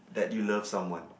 that you love someone